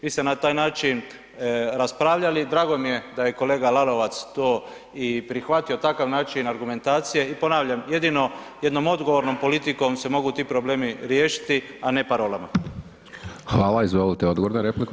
Vi ste na taj način raspravljali, drago mi je da je kolega Lalovac to i prihvatio takav način argumentacije i ponavljam, jedino jednom odgovornom politikom se mogu ti problemi riješiti, a ne parolama.